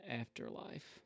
afterlife